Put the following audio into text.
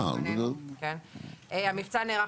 המבצע נערך